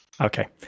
Okay